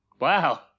Wow